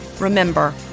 Remember